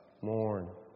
Mourn